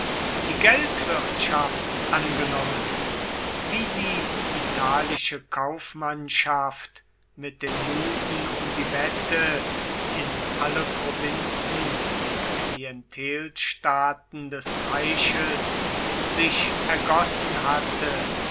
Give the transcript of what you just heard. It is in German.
die geldwirtschaft angenommen wie die italische kaufmannschaft mit den juden um die wette in alle provinzen und klientelstaaten des reiches sich ergossen hatte